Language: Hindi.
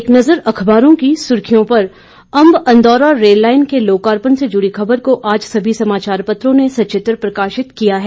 एक नज़र अखबारों की सुर्खियों पर अंब अंदौरा रेललाइन के लोकापर्ण से जुड़ी खबर को आज सभी समाचार पत्रों ने सचित्र प्रकाशित किया है